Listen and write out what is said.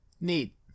Neat